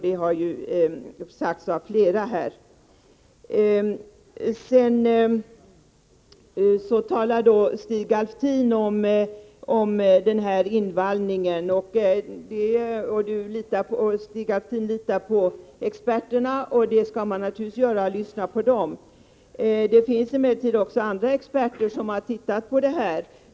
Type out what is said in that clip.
Det har sagts av flera här. Så talade Stig Alftin om invallningen. Stig Alftin säger att han litar på experterna. Man skall naturligtvis lyssna på experterna. Det finns emellertid andra experter som har sett över detta.